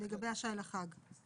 לגבי השי לחג.